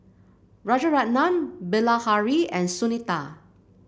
Rajaratnam Bilahari and Sunita